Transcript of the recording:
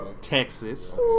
Texas